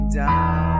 down